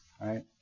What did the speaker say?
Right